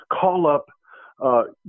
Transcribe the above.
call-up